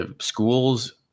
schools